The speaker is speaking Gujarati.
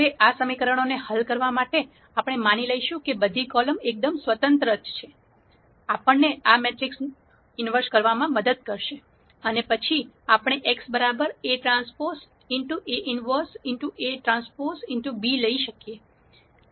હવે આ સમીકરણને હલ કરવા માટે આપણે માની લઈશું કે બધી કોલમ એકદમ સ્વતંત્ર છે જે આપણને આ મેટ્રિક્સનું ઈન્વર્ષ કરવામાં મદદ કરશે અને પછી આપણે x બરાબર Aᵀ A 1 Aᵀ b લઈ શકીએ છીએ